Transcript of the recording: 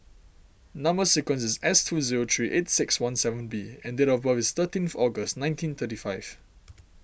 Number Sequence is S two zero three eight six one seven B and date of birth is thirteenth August nineteen thirty five